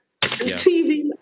TV